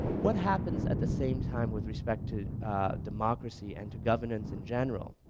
what happens at the same time with respect to democracy and to governance in general?